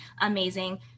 amazing